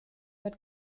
wird